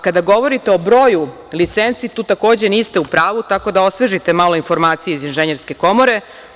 Kada govorite o broju licenci tu takođe niste u pravu, tako da osvežite malo informacije iz Inženjerske komore.